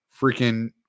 freaking